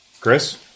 Chris